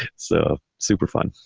so super fun.